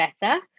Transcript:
better